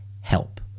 help